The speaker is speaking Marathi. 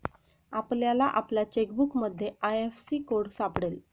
आपल्याला आपल्या चेकबुकमध्ये आय.एफ.एस.सी कोड सापडेल